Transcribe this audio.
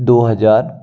दो हज़ार